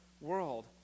world